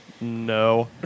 No